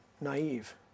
naive